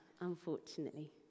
unfortunately